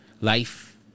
life